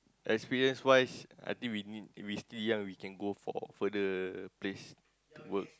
experience wise I think we need we still young we can go for further place to work